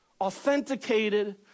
authenticated